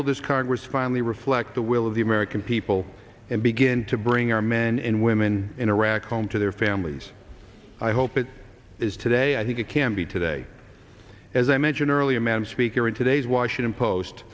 will this congress finally reflect the will of the american people and begin to bring our men and women in iraq home to their families i hope it is today i think it can be today as i mentioned earlier madam speaker in today's washington post